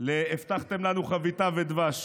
להבטחתם לנו חביתה ודבש.